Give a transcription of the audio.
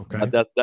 Okay